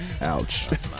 Ouch